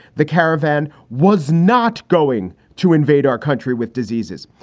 the caravan was not going to invade our country with diseases.